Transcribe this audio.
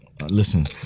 Listen